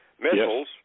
missiles